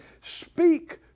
Speak